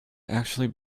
actually